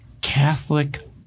Catholic